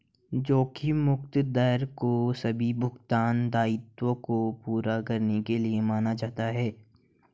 जोखिम मुक्त दर को सभी भुगतान दायित्वों को पूरा करने के लिए माना जाता है